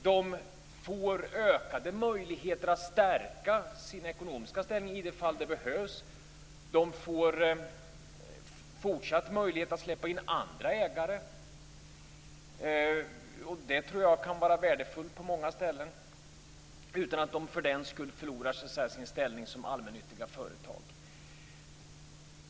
De får ökade möjligheter att stärka sin ekonomiska ställning i de fall där det behövs. De får fortsatt möjlighet att släppa in andra ägare, och det tror jag på många ställen kan vara värdefullt, dock utan att de för den skull förlorar sin ställning som allmännyttiga företag.